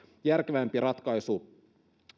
järkevämpi ratkaisu